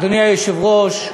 אדוני היושב-ראש,